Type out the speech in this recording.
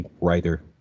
writer